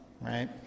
right